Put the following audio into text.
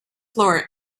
floor